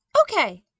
Okay